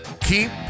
keep